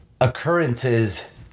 occurrences